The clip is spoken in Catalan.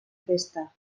festa